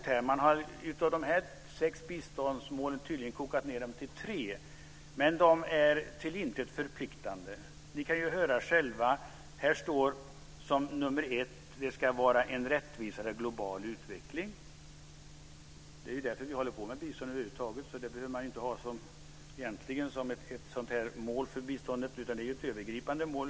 Man har tydligen kokat ned de här sex biståndsmålen till tre, men de är till intet förpliktande. Ni kan ju höra själva. Här står som nummer ett: Det ska vara en rättvisare global utveckling. Det är ju därför vi håller på med bistånd över huvud taget. Det behöver man egentligen inte ha som ett mål för biståndet. Det är ett övergripande mål.